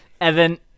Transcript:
Evan